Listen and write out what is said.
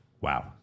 Wow